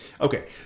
Okay